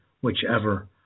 whichever